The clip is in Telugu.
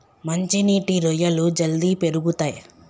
మంచి నీటి రొయ్యలు జల్దీ పెరుగుతయ్